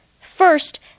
First